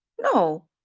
No